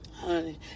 Honey